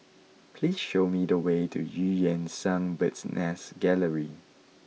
please show me the way to Eu Yan Sang Bird's Nest Gallery